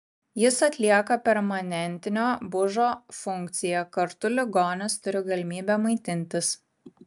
jis atlieka permanentinio bužo funkciją kartu ligonis turi galimybę maitintis